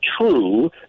true